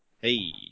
hey